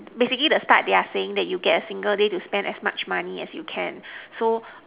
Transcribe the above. basically the start they are saying that you get a single day to spend as much money as you can so